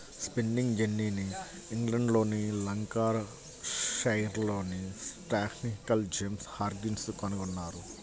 spinning జెన్నీని ఇంగ్లండ్లోని లంకాషైర్లోని స్టాన్హిల్ జేమ్స్ హార్గ్రీవ్స్ కనుగొన్నారు